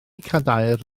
cadair